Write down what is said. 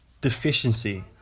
deficiency